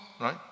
right